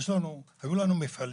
היו לנו מפעלים,